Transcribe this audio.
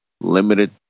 Limited